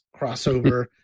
crossover